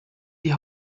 die